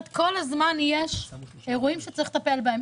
כל הזמן יש אירועים שצריך לטפל בהם,